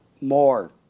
more